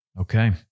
Okay